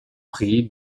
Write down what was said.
prix